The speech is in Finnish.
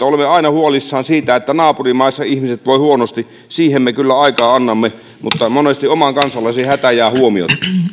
olemme aina huolissamme siitä että naapurimaissa ihmiset voivat huonosti siihen me kyllä aikaa annamme mutta monesti oman kansalaisen hätä jää huomiotta